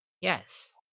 Yes